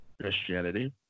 Christianity